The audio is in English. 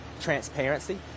transparency